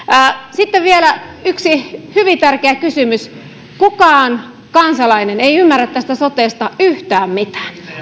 sitten vielä yksi hyvin tärkeä kysymys kukaan kansalainen ei ymmärrä tästä sotesta yhtään mitään